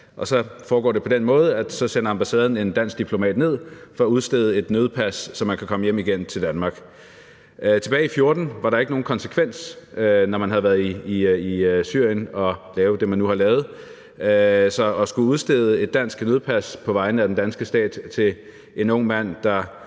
og så foregår det på den måde, at ambassaden sender en dansk diplomat ned for at udstede et nødpas, så man kan komme hjem til Danmark igen. Tilbage i 2014 var der ikke nogen konsekvens, når man havde været i Syrien og lavet det, man nu havde lavet, så at skulle udstede et dansk nødpas på vegne af den danske stat til en ung mand, der